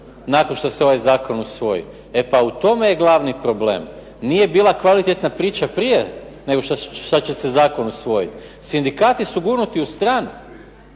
nakon što se ovaj zakon usvoji. E pa u tome je glavni problem, nije bila kvalitetna priča prije nego što će se zakon usvojiti. Sindikati su gurnuti u stranu.